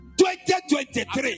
2023